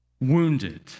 wounded